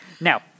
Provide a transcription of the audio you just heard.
Now